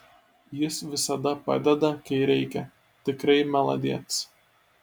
jis visada padeda kai reikia tikrai maladėc